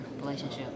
relationship